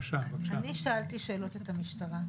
אני שאלתי שאלות את המשטרה,